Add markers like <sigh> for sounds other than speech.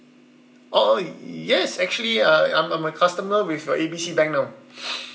oh yes actually uh I'm I'm a my customer with your A B C bank now <noise>